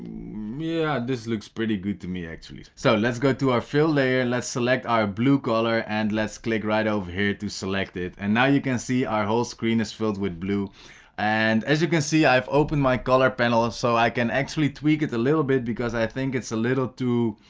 yeah this looks pretty good to me actually so let's go to our fill layer let's select our blue color and let's click right over here to select it and now you can see our whole screen is filled with blue and as you can see i've opened my color panel so i can actually tweak it a little bit because i think it's a little too